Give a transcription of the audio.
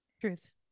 Truth